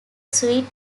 sweet